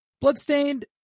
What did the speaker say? Bloodstained